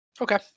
Okay